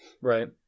Right